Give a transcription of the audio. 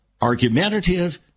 argumentative